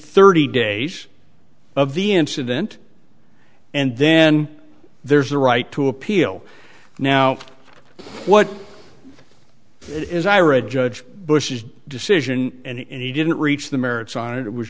thirty days of the incident and then there's the right to appeal now what it is ira judge bush's decision and he didn't reach the merits on it was